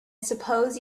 suppose